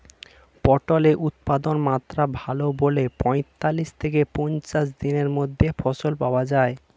পটলের উৎপাদনমাত্রা ভালো বলে পঁয়তাল্লিশ থেকে পঞ্চাশ দিনের মধ্যে ফসল পাওয়া যায়